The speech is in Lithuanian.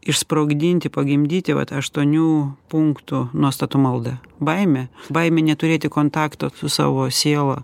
išsprogdinti pagimdyti vat aštuonių punktų nuostatų maldą baimė baimė neturėti kontakto su savo siela